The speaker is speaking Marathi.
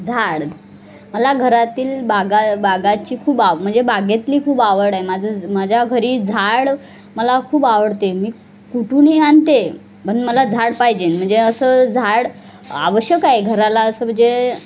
झाड मला घरातील बागा बागाची खूप आव म्हणजे बागेतली खूप आवड आहे माझं माझ्या घरी झाड मला खूप आवडते मी कुठूनही आणते पण मला झाड पाहिजे म्हणजे असं झाड आवश्यक आहे घराला असं म्हणजे